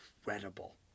incredible